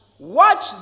Watch